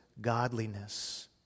godliness